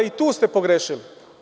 I tu ste pogrešili.